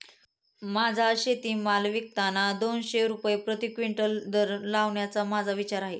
माझा शेतीमाल विकताना दोनशे रुपये प्रति क्विंटल दर लावण्याचा माझा विचार आहे